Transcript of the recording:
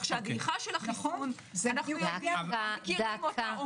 אנחנו מכירים אותה,